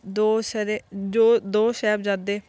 ਦੋ ਸਰੇ ਜੋ ਦੋ ਸਾਹਿਬਜ਼ਾਦੇ